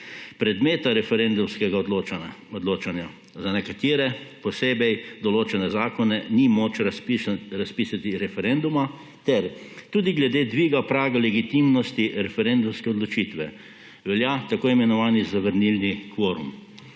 predmeta referendumskega odločanja – za nekatere posebej določene zakone ni moč razpisati referenduma ‒ ter tudi glede dviga praga legitimnosti referendumske odločitve velja tako imenovani zavrnilni kvorum.